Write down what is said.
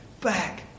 back